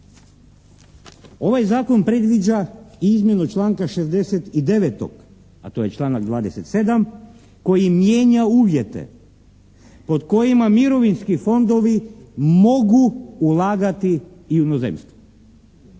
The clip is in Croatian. Ovaj zakon predviđa i izmjenu članka 69., a to je članak 27. koji mijenja uvjete pod kojima mirovinski fondovi mogu ulagati i u inozemstvu.